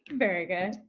very good.